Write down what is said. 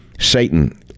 Satan